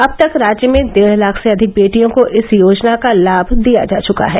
अब तक राज्य में डेढ़ लाख से अधिक बेटियों को इस योजना का लाभ दिया जा चुका है